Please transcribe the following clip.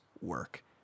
work